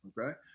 Okay